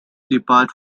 depart